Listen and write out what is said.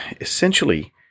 essentially